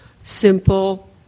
simple